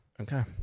Okay